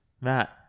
Matt